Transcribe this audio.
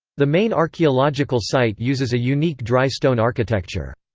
the main archaeological site uses a unique dry stone architecture.